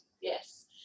yes